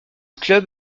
club